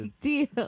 deal